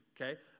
Okay